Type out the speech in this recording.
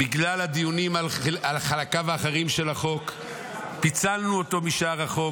בגלל הדיונים על חלקיו האחרים של החוק פיצלנו אותו משאר החוק.